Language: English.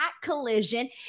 collision